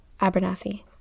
Abernathy